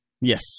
Yes